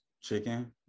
chicken